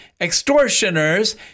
extortioners